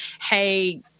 Hey